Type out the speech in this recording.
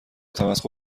تمسخر